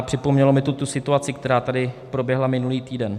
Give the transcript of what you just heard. Připomnělo mi to tu situaci, která tady proběhla minulý týden.